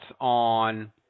on